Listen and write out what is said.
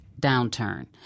downturn